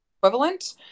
equivalent